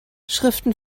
schriften